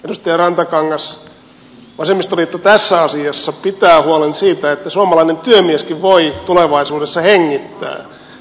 edustaja rantakangas vasemmistoliitto tässä asiassa pitää huolen siitä että suomalainen työmieskin voi tulevaisuudessa hengittää